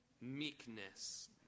meekness